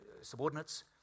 subordinates